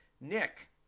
Nick